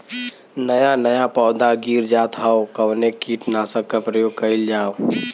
नया नया पौधा गिर जात हव कवने कीट नाशक क प्रयोग कइल जाव?